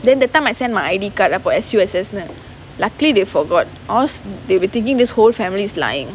then that time I send my I_D card uh for S_U_S_S luckily they forgot or else they be thinking this whole family is lying